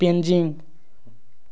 Beijing